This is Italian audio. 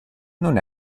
non